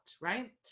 Right